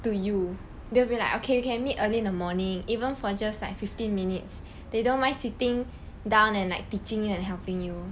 do you they'll be like okay you can meet early in the morning even for just like fifteen minutes they don't mind sitting down and like teaching and helping you